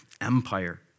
empire